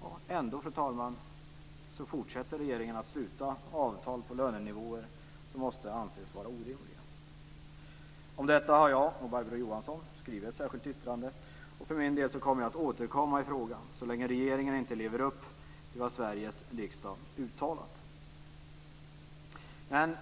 som Hans Andersson sade. Ändå, fru talman, fortsätter regeringen att sluta avtal på lönenivåer som måste anses vara orimliga. Om detta har jag och Barbro Johansson skrivit ett särskilt yttrande. För min del kommer jag att återkomma i frågan så länge regeringen inte lever upp till vad Sveriges riksdag har uttalat. Fru talman!